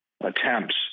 attempts